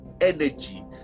energy